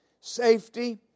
safety